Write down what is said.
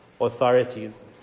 authorities